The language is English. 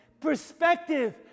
perspective